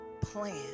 plan